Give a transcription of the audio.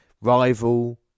rival